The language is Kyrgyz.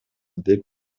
деп